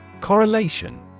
Correlation